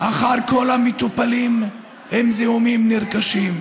אחר כל המטופלים עם זיהומים נרכשים.